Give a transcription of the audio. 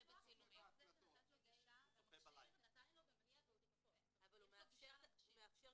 חוק..." --- אבל הוא לא צופה